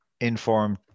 informed